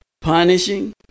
punishing